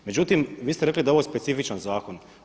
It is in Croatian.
Međutim, vi ste rekli da je ovo specifičan zakon.